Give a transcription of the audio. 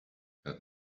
help